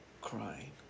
crying